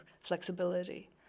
flexibility